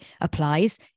applies